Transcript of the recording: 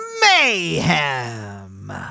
mayhem